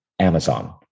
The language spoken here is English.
Amazon